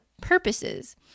purposes